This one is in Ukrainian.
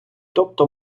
тобто